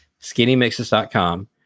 Skinnymixes.com